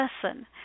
person